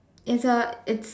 it's a it's